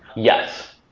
yes.